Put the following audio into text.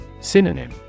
Synonym